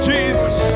Jesus